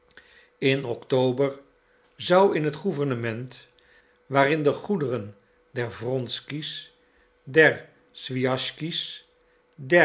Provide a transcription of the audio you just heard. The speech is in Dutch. in october zou in het gouvernement waarin de goederen der wronsky's der swijaschsky's